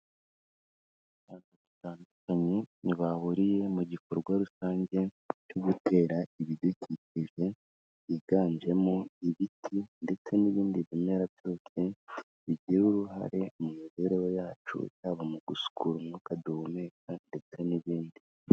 Abantu batandukanye bahuriye mu gikorwa rusange cyo gutera ibidukikije, byiganjemo ibiti ndetse n'ibindi bimera byose bigira uruhare mu mibereho yacu, yaba mu gusukura umwuka duhumeka ndetse n'ibindi.